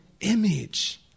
image